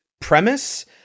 premise